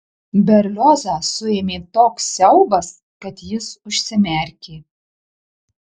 berliozą suėmė toks siaubas kad jis užsimerkė